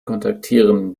kontaktieren